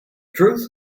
truth